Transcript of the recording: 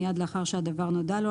מיד לאחר שהדבר נודע לו,